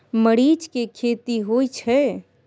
मरीच के खेती होय छय?